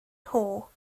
nhw